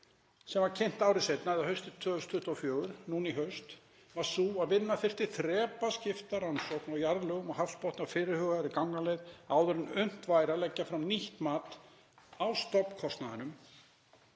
sem var kynnt ári seinna eða haustið 2024, núna í haust, var sú að vinna þyrfti þrepaskipta rannsókn á jarðlögum og hafsbotni á fyrirhugaðri gangaleið áður en unnt væri að leggja fram nýtt mat á stofnkostnaðinum